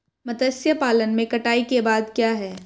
मत्स्य पालन में कटाई के बाद क्या है?